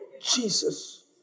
Jesus